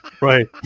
Right